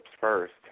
first